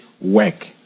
work